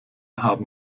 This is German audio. haben